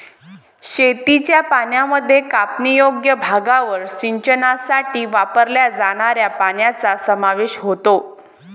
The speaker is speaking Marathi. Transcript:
शेतीच्या पाण्यामध्ये कापणीयोग्य भागावर सिंचनासाठी वापरल्या जाणाऱ्या पाण्याचा समावेश होतो